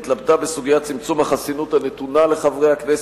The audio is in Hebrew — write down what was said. התלבטה בסוגיית צמצום החסינות הנתונה לחברי הכנסת,